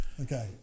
Okay